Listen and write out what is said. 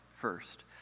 first